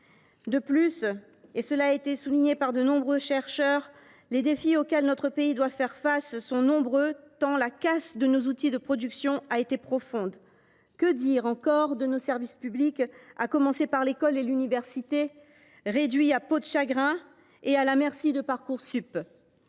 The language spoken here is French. De plus, comme l’ont souligné nombre de chercheurs, les défis auxquels notre pays doit faire face sont nombreux tant la casse de nos outils de production a été profonde. Que dire encore de nos services publics, à commencer par l’école et l’université, réduits aujourd’hui comme peau de chagrin et à la merci de Parcoursup ?